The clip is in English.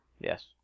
Yes